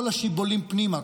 כל השיבולים פנימה,